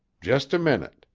just a minute